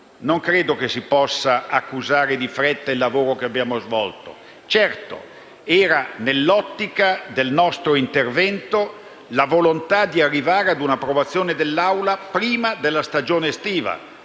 Non credo che si possa accusare di fretta il lavoro che abbiamo svolto. Certo, era nell'ottica del nostro intervento la volontà di arrivare a una approvazione dell'Assemblea prima della stagione estiva,